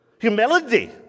humility